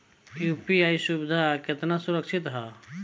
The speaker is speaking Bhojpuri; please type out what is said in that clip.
यू.पी.आई सुविधा केतना सुरक्षित ह?